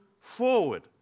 forward